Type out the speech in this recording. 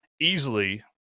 easily